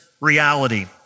reality